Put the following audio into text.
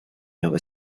nova